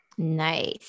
Nice